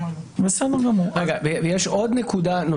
יש עוד נקודה.